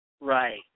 Right